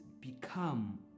become